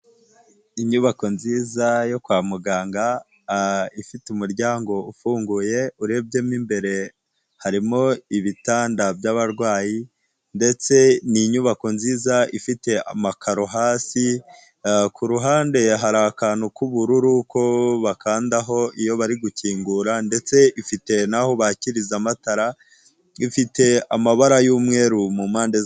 Inyubako nziza yo kwa muganga ifite umuryango ufunguye urebyemo imbere harimo ibitanda byabarwayi ndetse n'inyubako nziza ifite amakaro hasi ku ruhande hari akantu k'ubururu ko bakandaho iyo bari gukingura ndetse ifite n'aho bakiriza amatara ifite amabara y'umweru mu mpande.